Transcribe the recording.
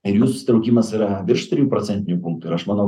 ir jų susitraukimas yra virš trijų procentinių punktų ir aš manau